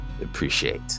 appreciate